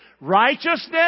Righteousness